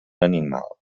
animal